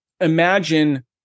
imagine